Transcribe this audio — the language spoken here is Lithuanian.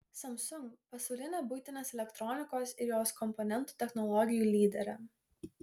samsung pasaulinė buitinės elektronikos ir jos komponentų technologijų lyderė